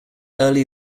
early